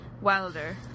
wilder